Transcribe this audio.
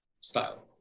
style